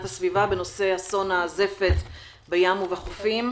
הסביבה בנושא אסון הזפת בים ובחופים.